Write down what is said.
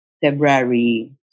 February